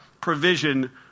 provision